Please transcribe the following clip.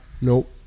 Nope